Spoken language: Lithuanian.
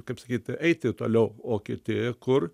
kaip sakyt eiti toliau o kiti kur